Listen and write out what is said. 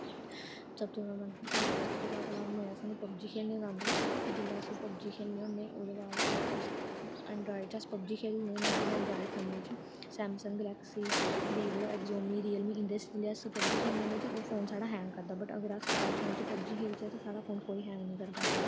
सब तो जादा जेह्ड़ा सब तो जादा मज़ा सानूं पब्जी खेलने दा आंदा जिसलै अस पब्जी खेलने होन्ने ओह्दे बाद ओह् ऐंडरायड च अस पब्जी खेलने होन्ने जिसलै ऐंडरायड फोनै च सैमसंग गलैक्सी वीवो ऐग़जोमी रियलमी इं'दे च इं'दे च जिसलै अस पब्जी खेलने होन्ने ते ओह् फोन साढ़ा हैंग करदा बट अगर अस आई फोन च खेलचै ते साढ़ा कोई फोन हैंग निं करदा